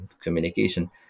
communication